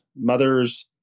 mothers